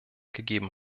gegeben